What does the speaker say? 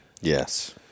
yes